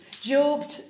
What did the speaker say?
Job